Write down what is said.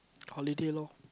holiday loh